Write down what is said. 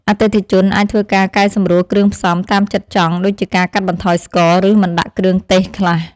អតិថិជនអាចធ្វើការកែសម្រួលគ្រឿងផ្សំតាមចិត្តចង់ដូចជាការកាត់បន្ថយស្ករ ឬមិនដាក់គ្រឿងទេសខ្លះ។